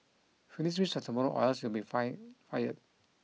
finish this tomorrow or else you'll be fire fired